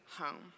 home